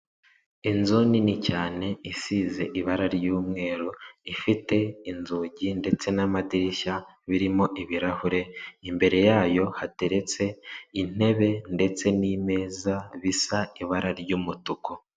Inzu nini cyane isize ibara ry'umweru, ifite inzugi ndetse n'amadirishya birimo ibirahure, imbere yayo hateretse intebe ndetse n'imeza, bisa ibara ry'umutuku.